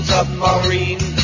Submarine